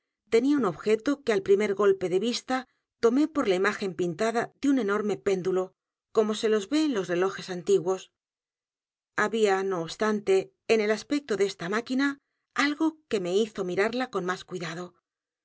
tenía un objeto que al primer golpe de vista tomé por la imagen pintada de un enorme péndulo como se los ve en los relojes antiguos había no obstante en el aspecto de esta m á q u i n a algo que me hizo mirarla con más cuidado